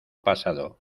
pasado